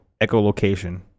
echolocation